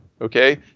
Okay